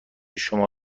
شما